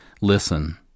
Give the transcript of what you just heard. Listen